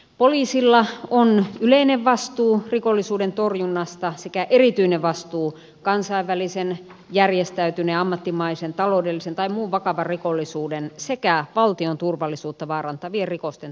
poliisilla on yleinen vastuu rikollisuuden torjunnasta sekä erityinen vastuu kansainvälisen järjestäytyneen ammattimaisen taloudellisen tai muun vakavan rikollisuuden sekä valtion turvallisuutta vaarantavien rikosten torjunnassa